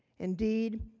indeed,